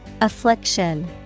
Affliction